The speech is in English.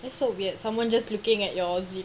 that's so weird someone just looking at your zip